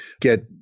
get